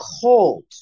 cold